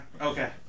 okay